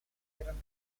gran